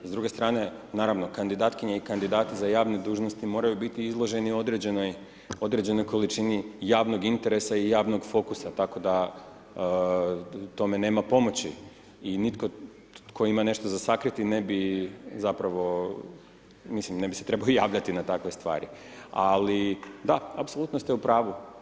S druge strane, naravno kandidatkinje i kandidati za javne dužnosti moraju biti izloženi u određenoj količini javnog interesa i javnog fokusa tako da tome nema pomoći i nitko tko ima nešto za sakriti ne bi zapravo, mislim, ne bi se trebao javljati na takve stvari ali da, apsolutno ste u pravu.